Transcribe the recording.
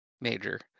Major